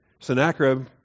Sennacherib